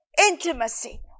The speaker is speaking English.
Intimacy